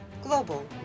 Global